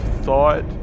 thought